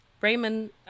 Raymond